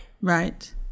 Right